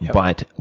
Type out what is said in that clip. but